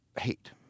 hate